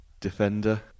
defender